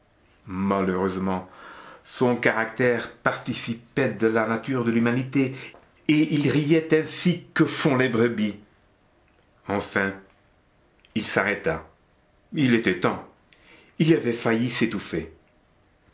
malheureusement son caractère participait de la nature de l'humanité et il riait ainsi que font les brebis enfin il s'arrêta il était temps il avait failli s'étouffer